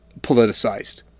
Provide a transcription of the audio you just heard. politicized